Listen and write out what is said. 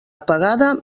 apagada